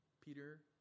Peter